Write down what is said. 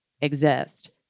exist